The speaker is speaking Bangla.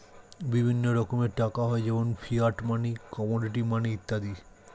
বিভিন্ন রকমের টাকা হয় যেমন ফিয়াট মানি, কমোডিটি মানি ইত্যাদি